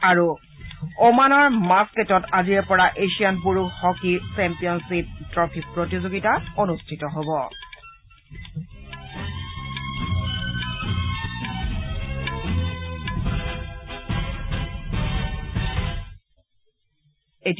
আৰু অ'মানৰ মাচকেটত আজিৰে পৰা এছিয়ান পুৰুষ হকী চেম্পিয়নগ্বিপ ট্ৰফী প্ৰতিযোগিতা অনুষ্ঠিত হ'ব